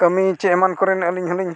ᱠᱟᱹᱢᱤ ᱪᱮ ᱮᱢᱟᱱ ᱠᱚᱨᱮᱱᱟᱜ ᱟᱹᱞᱤᱧ ᱦᱚᱸᱞᱤᱧ